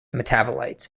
metabolites